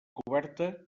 coberta